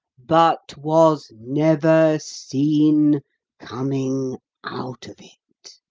but was never seen coming out of it!